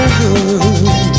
good